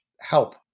help